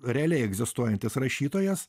realiai egzistuojantis rašytojas